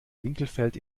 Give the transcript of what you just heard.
winkelfeld